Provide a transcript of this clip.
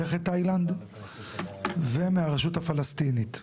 ומהרשות הפלסטינית.